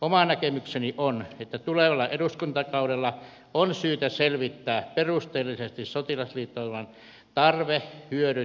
oma näkemykseni on että tulevalla eduskuntakaudella on syytä selvittää perusteellisesti sotilasliiton tarve pyöri